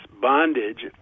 bondage